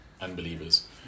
unbelievers